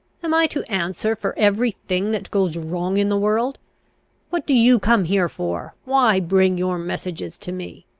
am i to answer for every thing that goes wrong in the world what do you come here for? why bring your messages to me?